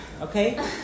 Okay